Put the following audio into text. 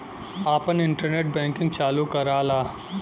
आपन internet banking चालू कराला